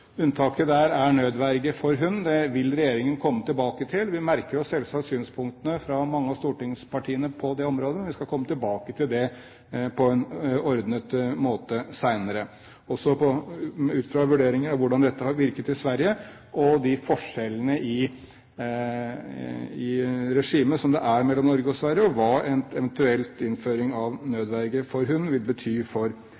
Unntaket der er nødverge for hund. Det vil regjeringen komme tilbake til. Vi merker oss selvsagt synspunktene fra mange av stortingspartiene på det området. Jeg skal komme tilbake til det på en ordnet måte senere, også ut fra vurderinger av hvordan dette har virket i Sverige, og ut fra de forskjellene i regimet som er mellom Norge og Sverige – og hva en eventuell innføring av